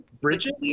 Bridget